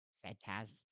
fantastic